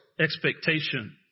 expectation